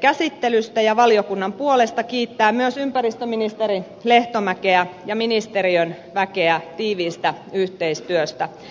käsittelystä ja valiokunnan puolesta haluan kiittää myös ympäristöministeri lehtomäkeä ja ministeriön väkeä tiiviistä yhteistyöstä